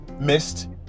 missed